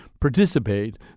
Participate